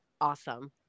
awesome